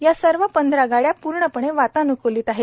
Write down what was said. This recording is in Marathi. या सर्व पंधरा गाड्या पूर्णपणे वातानुकूलित आहेत